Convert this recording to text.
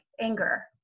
anger